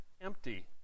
empty